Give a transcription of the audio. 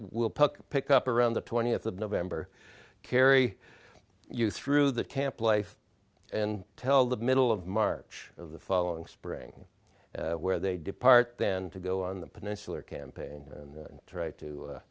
pick pick up around the twentieth of november carry you through the camp life and tell the middle of march of the following spring where they depart then to go on the peninsular campaign and try to